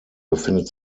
befindet